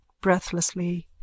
Breathlessly